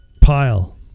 pile